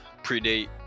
predate